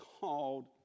called